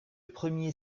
premier